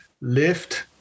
lift